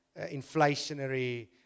inflationary